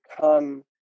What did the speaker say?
come